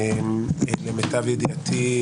למיטב ידיעתי,